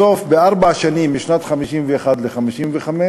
בסוף, בארבע שנים, משנת 1951 עד 1955,